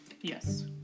yes